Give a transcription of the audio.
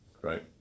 right